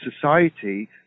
society